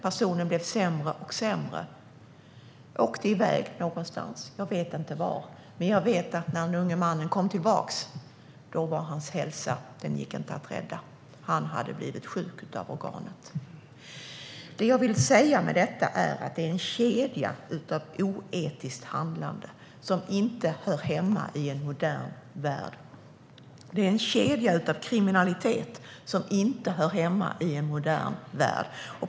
Personen blev sämre och sämre och åkte iväg någonstans. Jag vet inte vart den unge mannen åkte, men jag vet att hans hälsa inte gick att rädda när han kom tillbaka. Han hade blivit sjuk av organet. Det jag vill säga med detta är att det rör sig om en kedja av oetiskt handlande som inte hör hemma i en modern värld. Det är en kedja av kriminalitet som inte hör hemma i en modern värld.